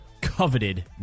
coveted